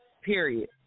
period